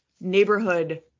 neighborhood